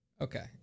okay